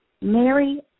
Mary